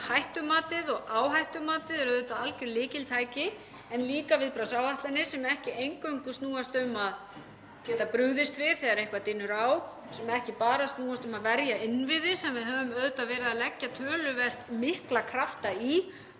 Hættumatið og áhættumatið er auðvitað algjört lykiltæki en líka viðbragðsáætlanir sem ekki eingöngu snúast um að geta brugðist við þegar eitthvað dynur á, snúast ekki bara um að verja innviði. Við höfum auðvitað verið að leggja töluvert mikla krafta í